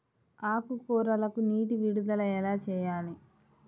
ఆకుకూరలకు నీటి విడుదల ఎలా చేయాలి?